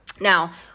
Now